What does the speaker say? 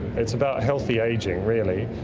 it's about healthy ageing really.